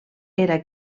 era